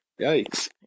Yikes